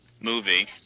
movie